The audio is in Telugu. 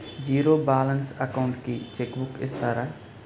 జీరో బాలన్స్ అకౌంట్ కి చెక్ బుక్ ఇస్తారా?